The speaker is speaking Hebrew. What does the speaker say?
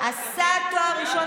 עשה תואר ראשון